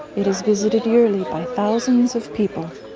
it is visited yearly by thousands of people.